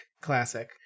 classic